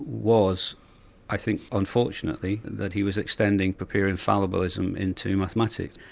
was i think unfortunately that he was extending popperian fallibilism into mathematics.